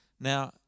Now